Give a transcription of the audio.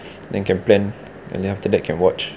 then can plan and then after that can watch